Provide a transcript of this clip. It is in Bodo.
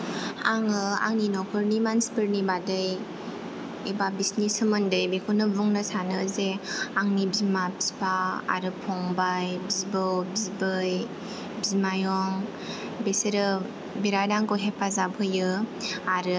आङो आंनि नखरनि मानसिफोरनि बादै एबा बिसिनि सोमोन्दै बेखौनो बुंनो सानो जे आंनि बिमा बिफा आरो फंबाय बिबौ बिबै बिमायं बिसोरो बिरात आंखौ हेफाजाब होयो आरो